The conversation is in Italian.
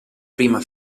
prima